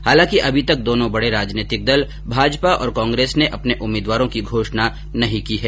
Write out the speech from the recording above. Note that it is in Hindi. हालांकि अभी तक दोनों बड़े राजनैतिक दल भाजपा और कांग्रेस ने अपने उम्मीदवारों की घोषणा नहीं की है